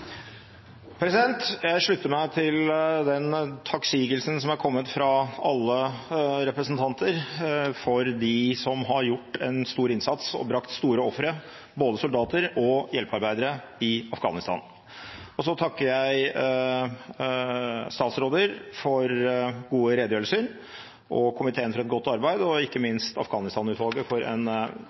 Jeg slutter meg til den takksigelsen som har kommet fra alle representanter til dem som har gjort en stor innsats og brakt store ofre, både soldater og hjelpearbeidere, i Afghanistan. Og så takker jeg statsråder for gode redegjørelser og komiteen for et godt arbeid, og ikke minst Afghanistan-utvalget for en